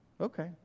Okay